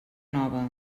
nova